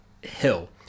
hill